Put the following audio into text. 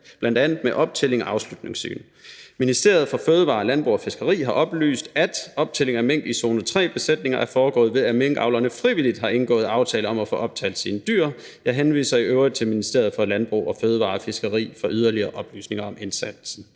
bl.a. med optælling og afslutningssyn. Ministeriet for Fødevarer, Landbrug og Fiskeri har oplyst, at ”optælling af mink i zone 3 besætninger er foregået ved, at minkavlerne frivilligt har indgået aftale om at få optalt sine dyr”. Jeg henviser i øvrigt til Ministeriet for Fødevarer, Landbrug og Fiskeri for yderligere oplysninger om indsatsen.«